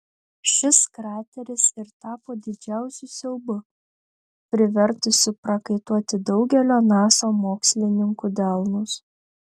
šis krateris ir tapo didžiausiu siaubu privertusiu prakaituoti daugelio nasa mokslininkų delnus